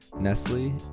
Nestle